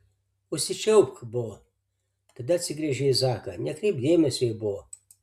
užsičiaupk bo tada atsigręžė į zaką nekreipk dėmesio į bo